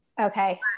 Okay